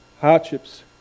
hardships